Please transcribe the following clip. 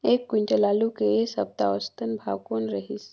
एक क्विंटल आलू के ऐ सप्ता औसतन भाव कौन रहिस?